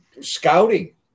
scouting